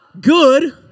good